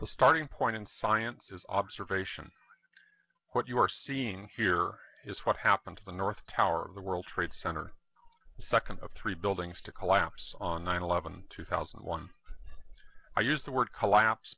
to starting point and science is observation what you are seeing here is what happened to the north tower of the world trade center second of three buildings to collapse on nine eleven two thousand and one i use the word collapse